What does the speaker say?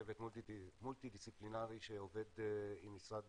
צוות מולטי דיסציפלינרי שעובד עם משרד